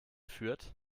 führt